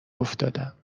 افتادم